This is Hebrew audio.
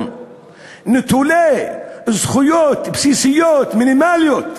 הם נטולי זכויות בסיסיות מינימליות,